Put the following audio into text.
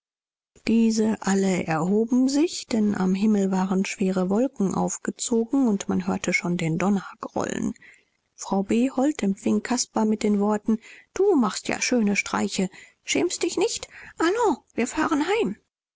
diese alle erhoben sich denn am himmel waren schwere wolken aufgezogen und man hörte schon den donner grollen frau behold empfing caspar mit den worten du machst ja schöne streiche schämst dich nicht allons wir fahren heim